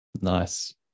nice